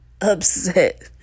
upset